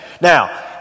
Now